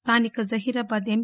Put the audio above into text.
స్థానిక జహీరాబాద్ ఎం